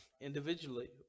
individually